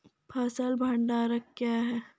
फसल भंडारण क्या हैं?